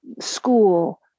school